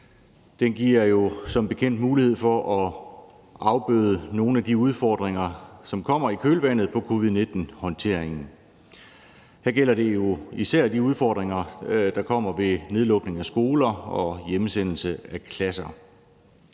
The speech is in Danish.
Den giver som bekendt mulighed for at afbøde nogle af de udfordringer, som kommer i kølvandet på covid-19-håndteringen. Her gælder det jo især de udfordringer, der kommer ved nedlukning af skoler og hjemsendelse af klasser.